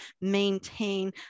maintain